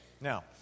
Now